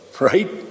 right